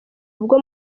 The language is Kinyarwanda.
ubwo